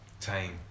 time